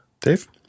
Dave